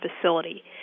facility